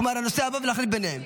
כלומר, לנושא הבא ולהחליף ביניהם.